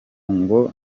ngo